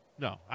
No